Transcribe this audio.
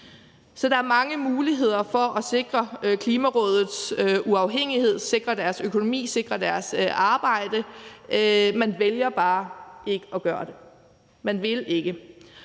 Så der er mange muligheder for at sikre Klimarådets uafhængighed, sikre deres økonomi, sikre deres arbejde. Man vælger bare ikke at gøre det. Man vil ikke.